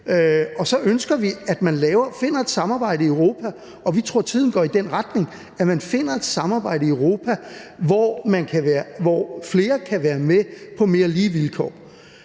Og så ønsker vi, at man finder et samarbejde i Europa, og vi tror, at tiden går i den retning: At man finder et samarbejde i Europa, hvor flere kan være med på mere lige vilkår.